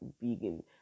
vegan